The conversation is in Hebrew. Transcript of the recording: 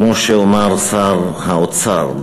כמו שאמר שר האוצר,